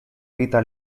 rita